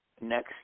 next